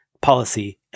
policy